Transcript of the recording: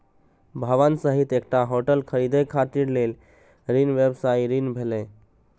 भवन सहित एकटा होटल खरीदै खातिर लेल गेल ऋण व्यवसायी ऋण भेलै